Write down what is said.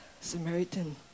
Samaritan